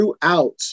throughout